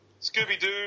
Scooby-Doo